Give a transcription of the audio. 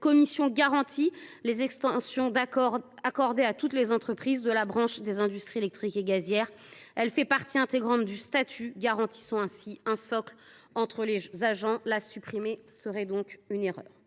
garantit en effet les extensions d’accord à toutes les entreprises de la branche des industries électriques et gazières. Elle fait donc partie intégrante du statut, assurant ainsi un socle entre les agents. La supprimer serait une erreur.